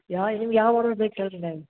ಯಾವ ನಿಮ್ಗೆ ಯಾವ ಮಾಡಲ್ ಬೇಕು ಹೇಳಿರಿ ಮ್ಯಾಮ್